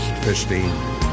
verstehen